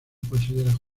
consideraba